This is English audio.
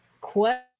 question